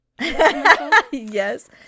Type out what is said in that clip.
Yes